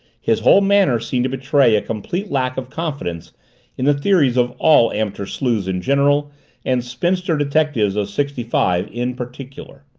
his whole manner seeming to betray a complete lack of confidence in the theories of all amateur sleuths in general and spinster detectives of sixty-five in particular.